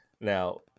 Now